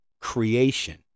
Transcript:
creation